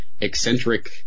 eccentric